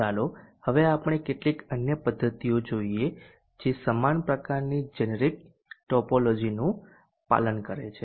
ચાલો હવે આપણે કેટલીક અન્ય પદ્ધતિઓ જોઈએ જે સમાન પ્રકારની જેનરિક ટોપોલોજીનું પાલન કરે છે